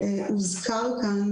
הוזכרה כאן